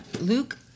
Luke